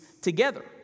together